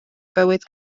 bywyd